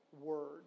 word